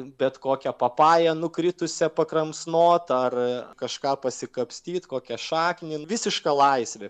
bet kokią papają nukritusią pakramsnot ar kažką pasikapstyt kokią šaknį visiška laisvė